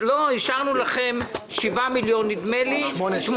אישרנו לכם 8 מיליון שקל,